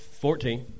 Fourteen